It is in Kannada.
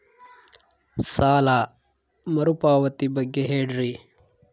ಸಾಲ ಮರುಪಾವತಿ ಬಗ್ಗೆ ಹೇಳ್ರಿ?